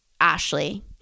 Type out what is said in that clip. Ashley